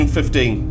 2015